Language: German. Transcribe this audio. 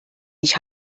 nicht